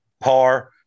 par